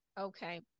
Okay